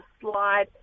slide